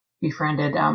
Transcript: befriended